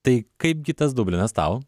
tai kaipgi tas dublinas tau